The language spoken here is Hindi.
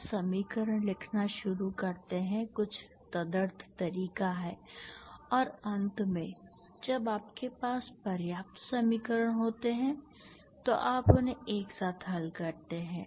आप समीकरण लिखना शुरू करते हैं कुछ तदर्थ तरीका है और अंत में जब आपके पास पर्याप्त समीकरण होते हैं तो आप उन्हें एक साथ हल करते हैं